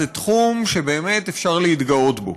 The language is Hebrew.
זה תחום שבאמת אפשר להתגאות בו.